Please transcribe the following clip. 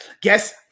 guess